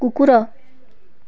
କୁକୁର